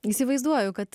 įsivaizduoju kad